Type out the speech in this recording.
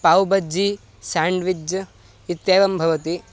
pav bhaji sandwich इत्येवं भवति